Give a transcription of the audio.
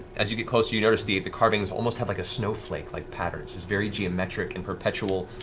as you get closer, you notice the the carvings almost have like a snowflake-like pattern, it's it's very geometric and perpetual,